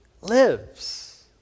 lives